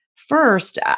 First